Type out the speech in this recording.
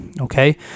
Okay